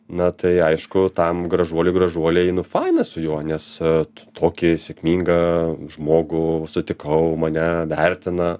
na tai aišku tam gražuoliui gražuolei nu faina su juo nes vat tokį sėkmingą žmogų sutikau mane vertina